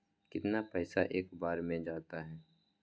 कितना पैसा एक बार में जाता है?